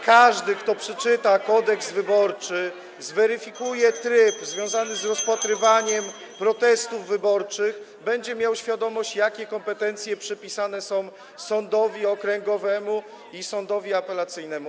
Każdy, kto przeczyta Kodeks wyborczy, zweryfikuje tryb związany z rozpatrywaniem protestów wyborczych, [[Gwar na sali, dzwonek]] będzie miał świadomość, jakie kompetencje przypisane są sądowi okręgowemu i sądowi apelacyjnemu.